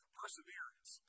perseverance